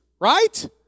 right